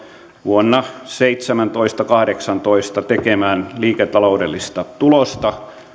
vuonna seitsemäntoista viiva kahdeksantoista tekemään liiketaloudellista tulosta